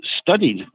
studied